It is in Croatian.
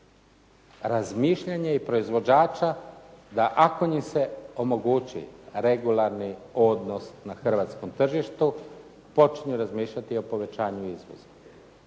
razmišljanje i proizvođača da ako im se omogući regularni odnos na hrvatskom tržištu, počinju razmišljati o povećanju izvoza.